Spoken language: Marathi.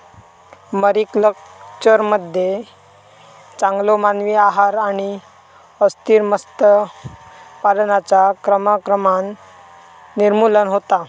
मरीकल्चरमध्ये चांगलो मानवी आहार आणि अस्थिर मत्स्य पालनाचा क्रमाक्रमान निर्मूलन होता